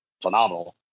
phenomenal